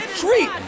treat